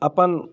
अपन